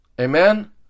Amen